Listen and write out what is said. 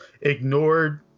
ignored